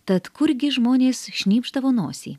tad kurgi žmonės šnypšdavo nosį